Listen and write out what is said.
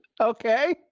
okay